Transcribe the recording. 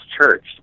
church